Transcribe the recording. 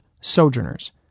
Sojourners